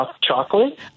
chocolate